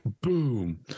Boom